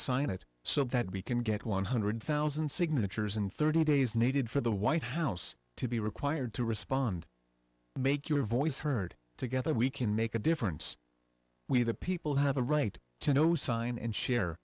sign it so that we can get one hundred thousand signatures in thirty days needed for the white house to be required to respond make your voice heard together we can make a difference we the people have a right to know sign and